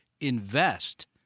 invest